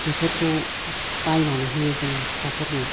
बेफोरखौ बायनानै होयो जोङो फिसाफोरनो